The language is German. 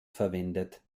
verwendet